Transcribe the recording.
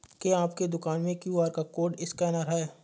क्या आपके दुकान में क्यू.आर कोड स्कैनर है?